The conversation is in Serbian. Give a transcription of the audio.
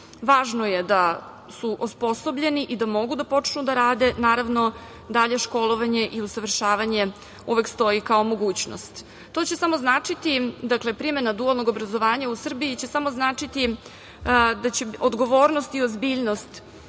je da su osposobljeni i da mogu da počnu da rade, naravno dalje školovanje i usavršavanje uvek stoji kao mogućnost. To će samo značiti, primena dualnog obrazovanja u Srbiji će samo značiti da će odgovornosti i ozbiljnost